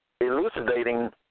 elucidating